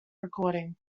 recording